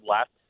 left